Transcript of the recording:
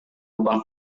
lubang